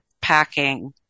packing